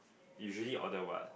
usually order what